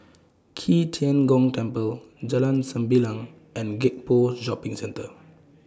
Qi Tian Gong Temple Jalan Sembilang and Gek Poh Shopping Centre